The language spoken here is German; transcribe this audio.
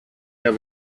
der